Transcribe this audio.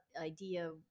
idea